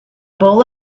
bowl